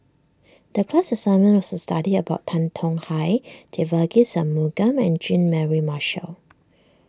the class assignment was to study about Tan Tong Hye Devagi Sanmugam and Jean Mary Marshall